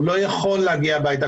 הוא לא יכול להגיע הביתה.